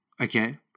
Okay